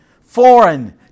foreign